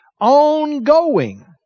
ongoing